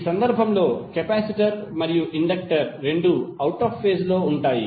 ఈ సందర్భంలో కెపాసిటర్ మరియు ఇండక్టర్ రెండూ అవుట్ ఆఫ్ ఫేజ్ లో ఉంటాయి